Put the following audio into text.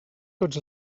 tots